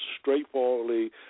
straightforwardly